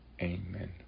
Amen